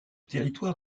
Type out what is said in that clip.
territoire